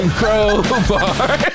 crowbar